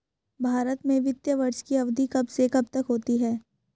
भारत में वित्तीय वर्ष की अवधि कब से कब तक होती है?